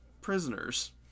prisoners